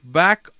back